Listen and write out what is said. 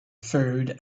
food